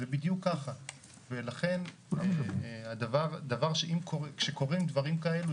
זה בדיוק ככה ולכן כשקורים דברים כאלה,